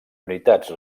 unitats